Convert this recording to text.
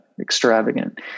extravagant